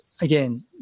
again